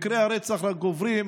מקרי הרצח רק גוברים,